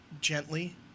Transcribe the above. gently